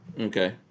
Okay